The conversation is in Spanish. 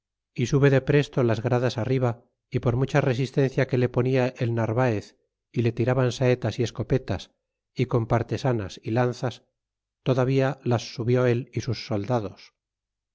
sandoval sube depresto las gradas arriba y por mucha resistencia que le ponia el narvaez y le tiraban saetas y escopetas y con partesanas y lanzas todavía las subió él y sus soldados